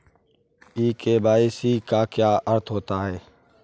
ई KYC का क्या अर्थ होता है?